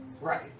Right